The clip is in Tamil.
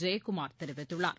ஜெயகுமார் தெரிவித்துள்ளார்